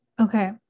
Okay